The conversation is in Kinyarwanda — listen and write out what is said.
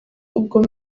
ubwo